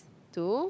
to